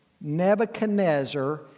Nebuchadnezzar